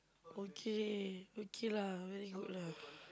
okay okay lah very good lah